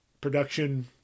production